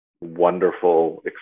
wonderful